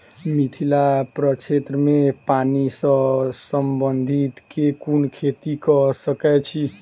मिथिला प्रक्षेत्र मे पानि सऽ संबंधित केँ कुन खेती कऽ सकै छी?